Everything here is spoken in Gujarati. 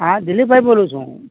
હાં દિલીપભાઇ બોલું છું હું